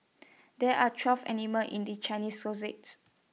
there are twelve animals in the Chinese